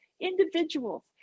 individuals